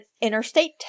Interstate